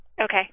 Okay